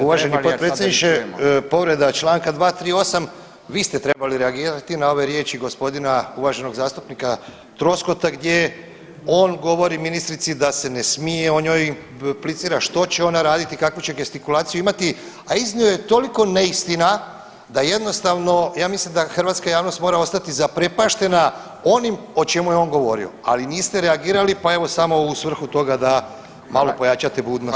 Uvaženi potpredsjedniče povreda Članka 238., vi ste trebali reagirati na ove riječi gospodina uvaženog zastupnika Troskota gdje on govori ministrici da se ne smije, on njoj implicira što će ona raditi i kakvu će gestikulaciju imati, a iznio je toliko neistina da jednostavno ja mislim da hrvatska javnost mora ostati zaprepaštena onim o čemu je on govorio, ali niste reagirali pa evo samo u svrhu toga da malo pojačate budnost.